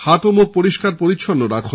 হাত ও মুখ পরিস্কার পরিচ্ছন্ন রাখুন